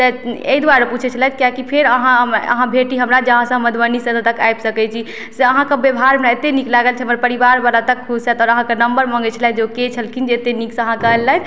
तऽ एहि दुआरे पुछै छलथि किएकि फेर अहाँ हमरा अहाँ भेटी हमरा जे अहाँ सङ्ग मधुबनी से एतऽ तक हम आबि सकैत छी से अहाँके व्यवहार अतेक हमरा नीक लागल जे हमर परिवारबला तक खुश रहैत आओर अहाँके नम्बर मंगै छलथि जे ओ के छलखिन जे अतेक नीक से अहाँके अनलथि